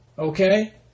Okay